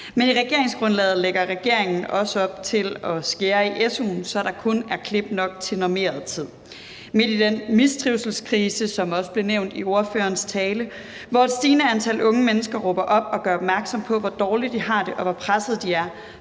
Men i regeringsgrundlaget lægger regeringen også op til at skære i su'en, så der kun er klip nok til normeret tid. Midt i den mistrivselskrise, som også blev nævnt i ordførerens tale, hvor et stigende antal unge mennesker råber op og gør opmærksom på, hvor dårligt de har det, og hvor pressede de er,